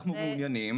כי בסוף החתימה,